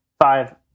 five